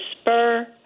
spur